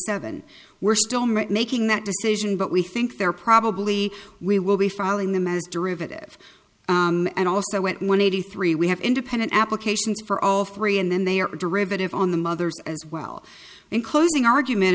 seven we're still not making that decision but we think there probably we will be filing them as derivative and also when one eighty three we have independent applications for all three and then they are derivative on the mothers as well in closing argument